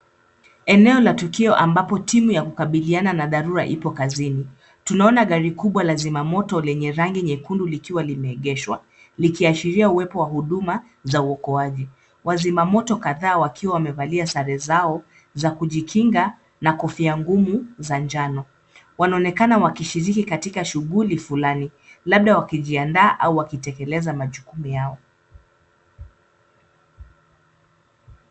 Eneo la tukio ambapo timu ya kukambiliana na dharura ipo kazini. Tunaona gari kubwa la zimamoto lenye rangi nyekundu likiwa limeegeshwa, likiashiria uwepo wa huduma za uwokoaji .Wazimamoto kadhaa wakiwa wamevalia sare zao za kujikinga na kofia ngumu za njano. Wanaonekana wakishiriki katika shughuli fulani, labda wakijiandaa au kutekeleza majukumu yao.